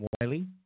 Wiley